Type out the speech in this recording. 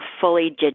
fully